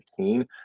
18